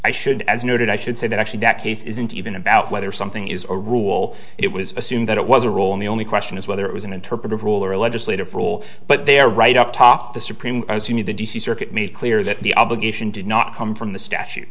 i should as noted i should say that actually that case isn't even about whether something is or rule it was assumed that it was a rule in the only question is whether it was an interpretive rule or a legislative rule but they are right up top the supreme as you know the d c circuit made clear that the obligation did not come from the statu